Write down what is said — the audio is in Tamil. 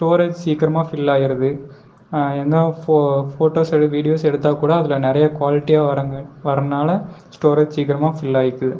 ஸ்டோரேஜ் சீக்கிரமாக ஃபில் ஆகிருது எந்த ஃபோட்டோஸ் வீடியோஸ் எடுத்தால் கூட அதில் நிறையா குவாலிட்டியாக வரங் வரன்னால ஸ்டோரேஜ் சீக்கிரமாக ஃபில் ஆகிக்குது